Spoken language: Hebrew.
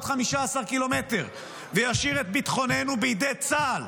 15 ק"מ וישאיר את ביטחוננו בידי צה"ל